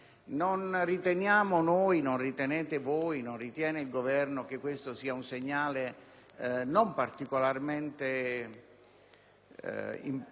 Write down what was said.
Non riteniamo noi, non ritenete voi o il Governo che questo sia un segnale non particolarmente positivo